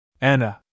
Anna